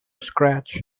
scratch